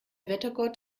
wettergott